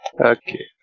okay